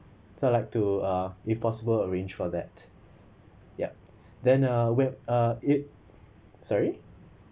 so I like to uh if possible arrange for that yup then uh when uh it sorry